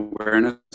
awareness